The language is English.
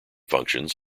functions